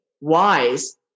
wise